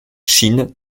chine